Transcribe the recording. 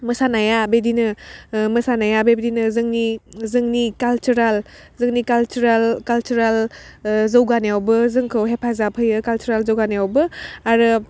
मोसानाया बिदिनो मोसानाया बिबादिनो जोंनि जोंनि कालसाराल जोंनि कालसाराल जौगानायावबो जोंखौ हेफाजाब होयो कालसाराल जौगानायावबो आरो